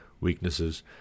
weaknesses